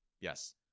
Yes